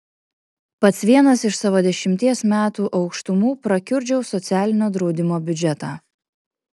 pats vienas iš savo dešimties metų aukštumų prakiurdžiau socialinio draudimo biudžetą